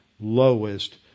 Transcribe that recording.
lowest